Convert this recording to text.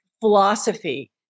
philosophy